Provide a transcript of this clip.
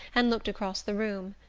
and looked across the room.